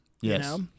Yes